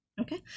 Okay